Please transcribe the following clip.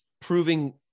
proving